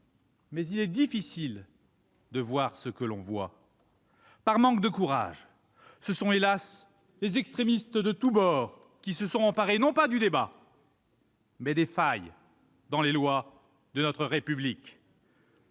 mais il est plus difficile de voir ce que l'on voit -, par manque de courage, ce sont hélas les extrémistes de tous bords qui se sont emparés, non pas du débat, mais des failles dans les lois de notre République.